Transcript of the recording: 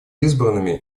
избранными